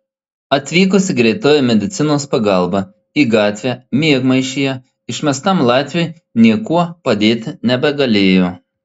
atvykusi greitoji medicinos pagalba į gatvę miegmaišyje išmestam latviui niekuo padėti nebegalėjo